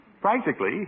practically